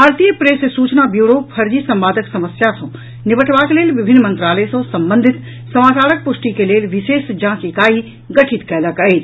भारतीय प्रेस सूचना ब्यूरो फर्जी संवादक समस्या सँ निबटबाक लेल विभिन्न मंत्रालय सँ संबंधित समाचारक प्रष्टि के लेल विशेष जांच इकाई गठित कयलक अछि